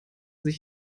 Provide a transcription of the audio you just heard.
sich